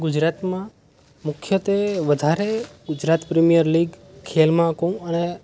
ગુજરાતમાં મુખ્યત્ત્વે વધારે ગુજરાત પ્રીમિયર લીગ ખેલ મહાકુંભ અને